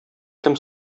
кем